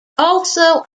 also